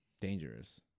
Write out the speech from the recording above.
Dangerous